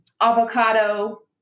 avocado